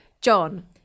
John